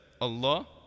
Allah